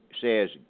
says